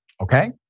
okay